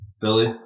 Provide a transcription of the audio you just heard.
Billy